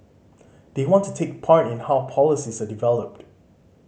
they want to take part in how policies are developed